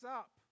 up